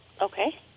Okay